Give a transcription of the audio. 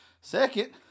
Second